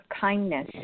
Kindness